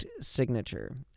signature